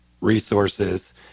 resources